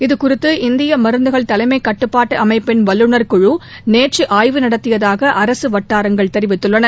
இதுகுறித்து இந்திய மருந்துகள் தலைமை கட்டுப்பாட்டு அமைப்பின் வல்லுநர் குழு நேற்று ஆய்வு நடத்தியதாக அரசு வட்டாரங்கள் தெரிவித்துள்ளன